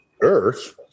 earth